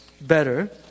better